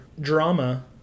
drama